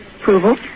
approval